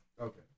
Okay